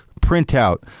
printout